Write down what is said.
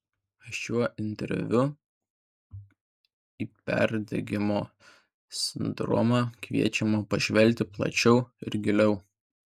šiuo interviu į perdegimo sindromą kviečiame pažvelgti plačiau ir giliau